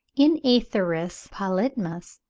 in aithurus polytmus,